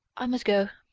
i must go.